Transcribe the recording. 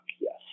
yes